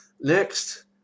Next